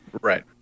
Right